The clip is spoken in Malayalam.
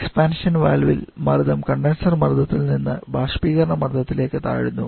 എക്സ്പാൻഷൻ വാൽവിൽ മർദ്ദം കണ്ടൻസർ മർദ്ദത്തിൽ നിന്ന് ബാഷ്പീകരണ മർദ്ദത്തിലേക്ക് താഴുന്നു